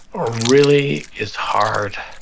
ah really, it's hard.